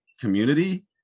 community